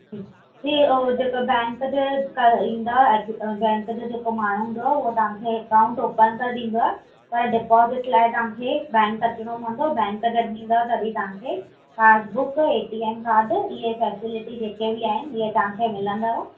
जी ओ जेका बैंक जे कर ईंदा बैंक जो जेको माण्हू ईंदव हो तव्हांखे अकाउंट ओपन करे ॾींदव पर डिपोजिट लाइ तव्हांखे बैंक अचिणो पवंदो बैंक जॾहिं ईंदव तॾहिं तव्हां खे passbook A T M card इहे फेसेलिटी जेके बि आहिनि तव्हांखे मिलंदव